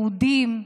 יהודים,